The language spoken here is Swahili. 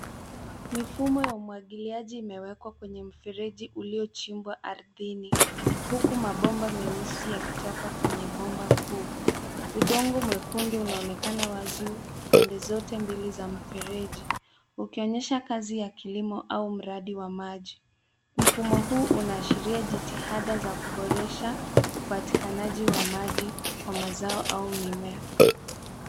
Mifumo ya umwagiliaji imewekwa kwenye mfereji uliochimbwa ardhini, huku mabomba meusi yakitoka kwenye bomba kuu. Udongo mwekundu unaonekana wazi pande zote mbili za mfereji, ukionyesha kazi ya kilimo au mradi wa maji. Mfumo huu unaashiria jitihada za kuboresha upatikanaji wa maji kwa mazao au mimea.